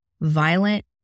violent